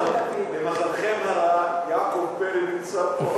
למזלכם הרע יעקב פרי נמצא פה.